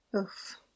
Oof